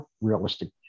realistic